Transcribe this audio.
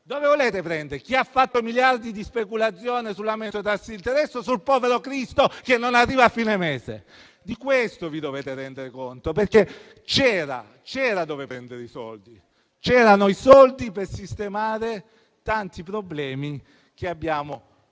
Dove volete prendere quei soldi: da chi ha fatto miliardi di speculazione sull'aumento dei tassi di interesse o sul povero cristo che non arriva a fine mese? Di questo vi dovete rendere conto, perché c'era dove prendere i soldi. C'erano i soldi per sistemare i tanti problemi che abbiamo